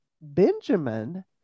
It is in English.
benjamin